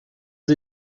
sie